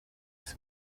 ese